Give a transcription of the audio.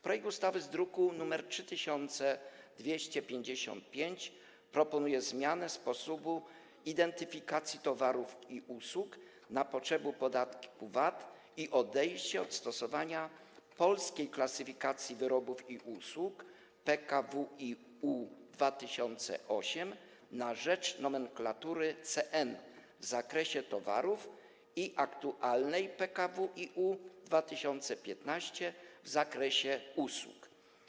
Projekt ustawy z druku nr 3255 obejmuje zmianę sposobu identyfikacji towarów i usług na potrzeby podatku VAT oraz odejście od stosowania Polskiej Klasyfikacji Wyrobów i Usług, PKWiU 2008, na rzecz nomenklatury CN w zakresie towarów i aktualnej PKWiU 2015 w zakresie usług.